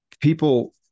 people